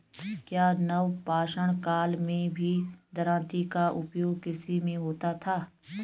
क्या नवपाषाण काल में भी दरांती का उपयोग कृषि में होता था?